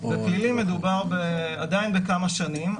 בפלילי מדובר עדיין בכמה שנים,